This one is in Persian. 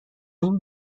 این